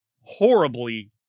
horribly